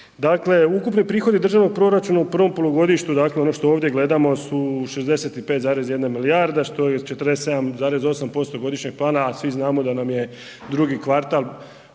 Dakle, ukupni prihodi državnog proračuna u prvom polugodištu ono što ovdje gledamo su 65,1 milijarda što je 47,8% godišnjeg plana, a svi znamo da nam je drugi kvartal